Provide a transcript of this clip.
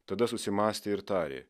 tada susimąstė ir tarė